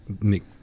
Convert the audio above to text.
Nick